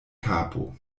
kapo